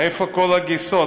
איפה כל הגייסות?